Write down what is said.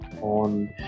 on